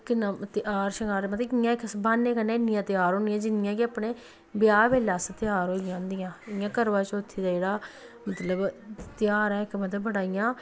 किन्ना हार श्रृगांर मतलब कि'यां इक किस्म दा ब्हाने कन्ने इन्नियां त्यार होनियां जिन्नियां के अपने ब्याह बेल्लै अस त्यार होई दी होंदियां इ'यां करवाचौथी दा जेह्ड़ा मतलब तेहार ऐ इक ओह् मतलब बड़ा इ'यां